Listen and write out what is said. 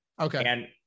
okay